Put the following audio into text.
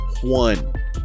one